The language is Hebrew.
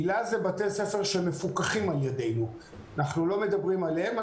היל"ה זה בתי ספר שמפוקחים על ידינו ואנחנו לא מדברים עליהם.